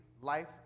life